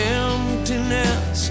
emptiness